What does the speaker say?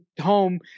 home